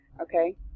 Okay